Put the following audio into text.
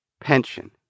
pension